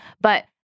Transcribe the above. But-